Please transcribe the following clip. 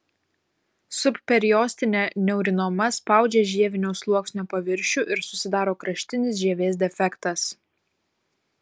subperiostinė neurinoma spaudžia žievinio sluoksnio paviršių ir susidaro kraštinis žievės defektas